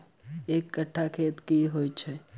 एक कट्ठा खेत की होइ छै?